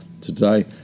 today